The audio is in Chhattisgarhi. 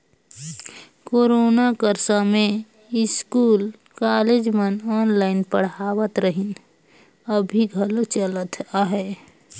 कोरोना कर समें इस्कूल, कॉलेज मन ऑनलाईन पढ़ावत रहिन, अभीं घलो चलत अहे